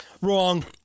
Wrong